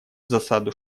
засаду